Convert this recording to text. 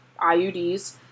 IUDs